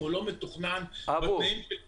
אם הוא לא מתוכנן בתנאים של ישראל,